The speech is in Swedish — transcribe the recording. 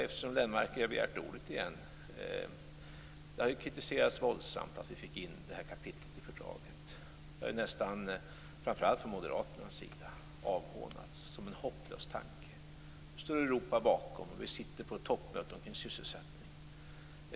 Eftersom Lennmarker har begärt ordet igen kan jag säga att det har kritiserats våldsamt att vi fick in kapitlet i fördraget. Det har framför allt från Moderaternas sida hånats som en hopplös tanke. Nu står Europa bakom, och vi sitter i toppmöte omkring sysselsättning.